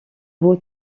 beau